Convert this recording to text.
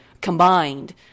combined